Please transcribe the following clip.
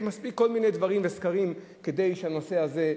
מספיק כל מיני דברים וסקרים כדי שהממשלה הזאת,